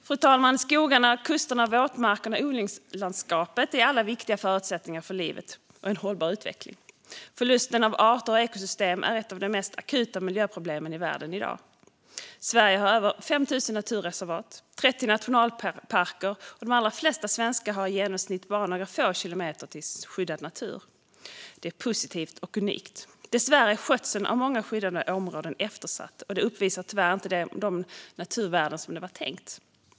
Fru talman! Skogarna, kusterna, våtmarkerna och odlingslandskapet är alla viktiga förutsättningar för livet och en hållbar utveckling. Förlusten av arter och ekosystem är ett av de mest akuta miljöproblemen i världen i dag. Sverige har över 5 000 naturreservat och 30 nationalparker, och de allra flesta svenskar har i genomsnitt bara några få kilometer till skyddad natur. Det är positivt och unikt. Dessvärre är skötseln av många skyddade områden eftersatt, och de uppvisar tyvärr inte de naturvärden som det var tänkt.